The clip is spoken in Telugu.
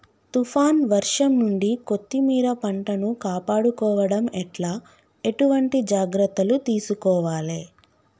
తుఫాన్ వర్షం నుండి కొత్తిమీర పంటను కాపాడుకోవడం ఎట్ల ఎటువంటి జాగ్రత్తలు తీసుకోవాలే?